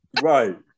Right